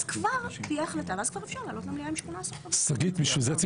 אז כבר תהיה החלטה ואז כבר אפשר לעלות למליאה עם 18. איפה